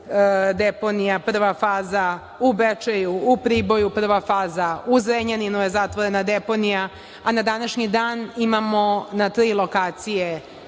deponija – prva faza, u Bečeju, u Priboju – prva faza, u Zrenjaninu je zatvorena deponija. Na današnji dan imamo na tri lokacije